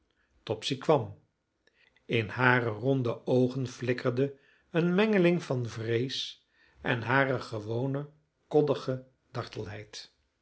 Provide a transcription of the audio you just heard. topsy kwam in hare ronde oogen flikkerde een mengeling van vrees en hare gewone koddige